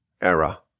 era